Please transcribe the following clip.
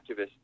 activists